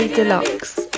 Deluxe